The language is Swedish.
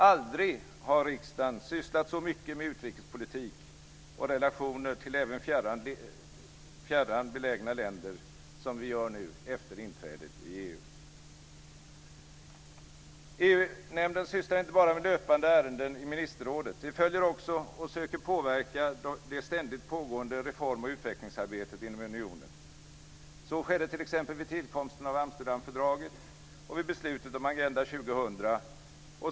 Aldrig har riksdagen sysslat så mycket med utrikespolitik och med relationer till även fjärran belägna länder som vi gör nu, efter inträdet i EU! EU-nämnden sysslar inte bara med löpande ärenden i ministerrådet. Vi följer också - och söker påverka - det ständigt pågående reform och utvecklingsarbetet inom unionen. Så skedde t.ex. vid tillkomsten av Amsterdamfördraget och vid beslutet om Agenda 2000.